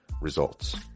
results